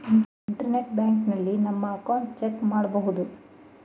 internet ಬ್ಯಾಂಕಿನಲ್ಲಿ ನಮ್ಮ account check ಮಾಡಬಹುದು